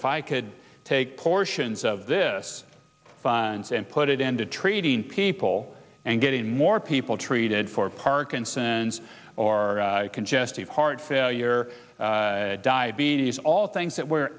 if i could take portions of this bonds and put it into treating people and getting more people treated for parkinson's or congestive heart failure diabetes all things that we're